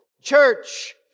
Church